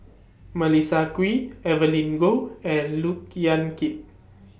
Melissa Kwee Evelyn Goh and Look Yan Kit